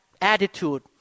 attitude